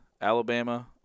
Alabama